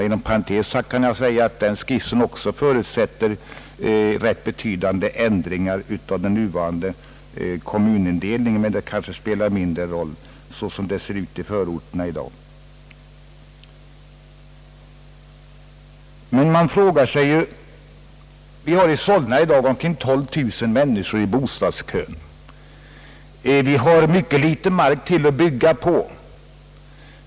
Inom parentes kan jag nämna att denna skiss också förutsätter ganska betydande ändringar av den nuvarande kommunindelningen, men det kanske spelar mindre roll så som det ser ut i förorterna i dag. Vi har i Solna cirka 12000 människor i bostadskö, och vi har brist på mark till att bygga på.